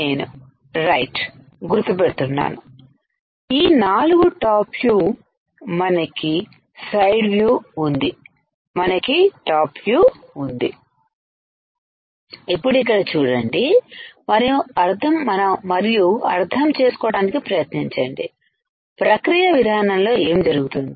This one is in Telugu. నేను రైట్ right గుర్తుపెడుతున్నాను ఈ నాలుగు టాప్ వ్యూమనకి సైడ్ వ్యూ వుంది మనకి టాప్ వ్యూవుంది ఇప్పుడు ఇక్కడ చూడండి మరియు అర్థం చేసుకోవడానికి ప్రయత్నించండి ప్రక్రియ విధానంలో ఏం జరుగుతుంది